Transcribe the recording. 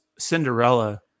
Cinderella